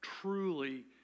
Truly